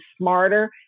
smarter